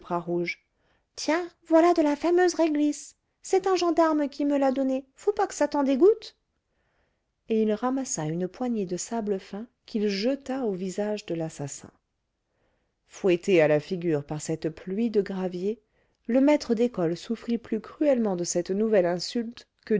bras rouge tiens voilà de la fameuse réglisse c'est un gendarme qui me l'a donnée faut pas que ça t'en dégoûte et il ramassa une poignée de sable fin qu'il jeta au visage de l'assassin fouettée à la figure par cette pluie de gravier le maître d'école souffrit plus cruellement de cette nouvelle insulte que